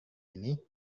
ini